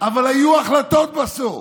אבל היו החלטות בסוף,